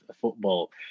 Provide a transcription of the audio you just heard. football